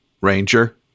ranger